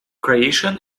creation